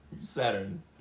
Saturn